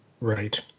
Right